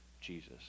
Jesus